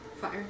Fire